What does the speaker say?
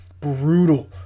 brutal